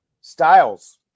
Styles